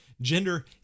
gender